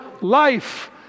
life